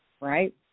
right